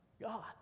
God